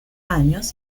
años